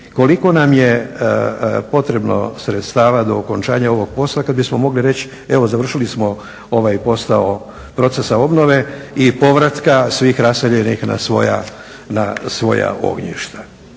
koliko nam je potrebno sredstava do okončanja ovog posla kada bismo mogli reći evo završili smo ovaj posao procesa obnove i povratka svih raseljenih na svoja ognjišta.